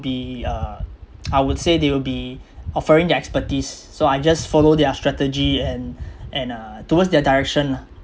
be uh I would say they will be offering their expertise so I just follow their strategy and and uh towards their direction lah